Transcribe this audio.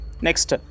Next